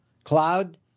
Cloud